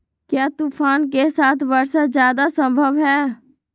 क्या तूफ़ान के साथ वर्षा जायदा संभव है?